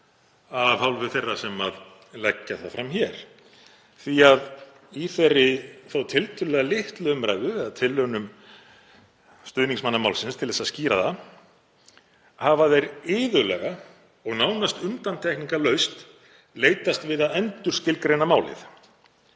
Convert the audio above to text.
af hálfu þeirra sem leggja það fram hér. Í þeirri þó tiltölulega litlu umræðu eða tilraunum stuðningsmanna málsins til að skýra það hafa þeir iðulega og nánast undantekningarlaust leitast við að endurskilgreina málið.